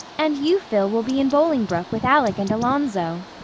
and you, phil, will be in bolingbroke with alec and alonzo.